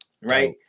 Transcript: right